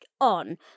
on